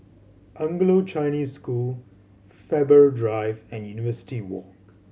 Anglo Chinese School Faber Drive and University Walk